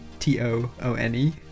T-O-O-N-E